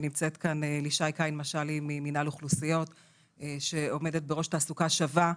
נמצאת כאן לישי קין משלי ממנהל אוכלוסיות שעומדת בראש "תעסוקה שווה".